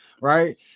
right